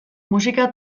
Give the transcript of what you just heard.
musika